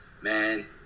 man